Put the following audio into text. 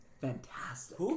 Fantastic